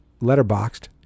Letterboxed